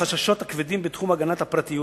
לחששות הכבדים בתחום הגנת הפרטיות